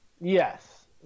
Yes